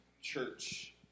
church